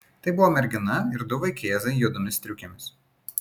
tai buvo mergina ir du vaikėzai juodomis striukėmis